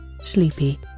sleepy